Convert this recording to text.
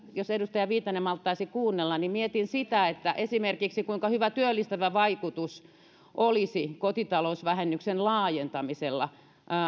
jos edustaja viitanen malttaisi kuunnella niin mietin sitä esimerkiksi kuinka hyvä työllistävä vaikutus olisi kotitalousvähennyksen laajentamisella